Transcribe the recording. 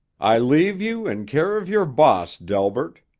i leave you in care of your boss, delbert,